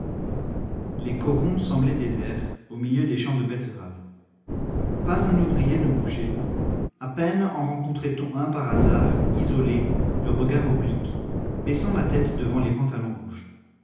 les corons semblaient déserts au milieu des champs de betteraves pas un ouvrier ne bougeait à peine en rencontrait on un par hasard isolé le regard oblique baissant la tête devant les pantalons rouges